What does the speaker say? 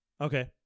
okay